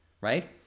right